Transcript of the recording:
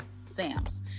Sam's